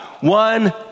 One